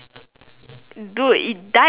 dude it died already